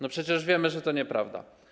No przecież wiemy, że to nieprawda.